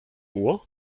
uhr